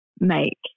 make